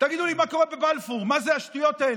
תגידו לי, מה קורה בבלפור, מה זה השטויות האלה?